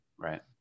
right